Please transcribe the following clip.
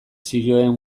zioen